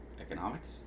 Economics